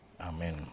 Amen